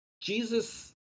Jesus